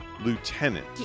lieutenant